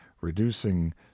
reducing